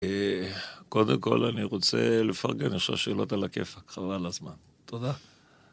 קודם כל אני רוצה לפרגן יש לך שאלות על הכיפאק, חבל על הזמן. תודה.